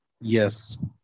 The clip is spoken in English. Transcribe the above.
Yes